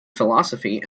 philosophy